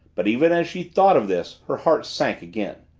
but even as she thought of this her heart sank again.